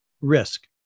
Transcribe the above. risk